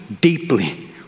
deeply